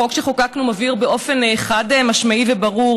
החוק שחוקקנו מבהיר באופן חד-משמעי וברור: